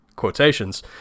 quotations